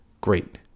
great